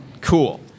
Cool